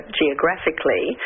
geographically